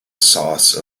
sauce